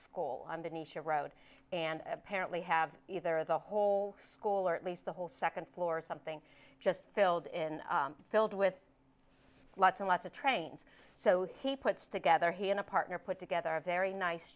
school on the nisha road and apparently have either the whole school or at least the whole second floor something just filled in filled with lots and lots of trains so he puts together he and a partner put together a very nice